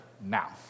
now